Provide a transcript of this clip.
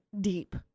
deep